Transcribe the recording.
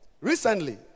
Recently